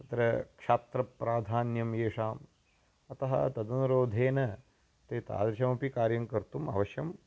अत्र क्षात्रप्राधान्यं येषाम् अतः तदनुरोधेन ते तादृशमपि कार्यं कर्तुम् अवश्यं